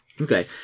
Okay